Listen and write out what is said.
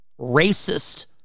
racist